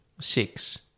six